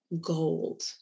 gold